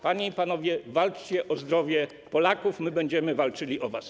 Panie i panowie, walczcie o zdrowie Polaków, my będziemy walczyli o was.